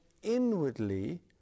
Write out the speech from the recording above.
inwardly